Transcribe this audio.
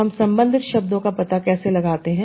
तो हम संबंधित शब्दों का पता कैसे लगाते हैं